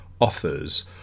offers